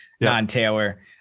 non-Taylor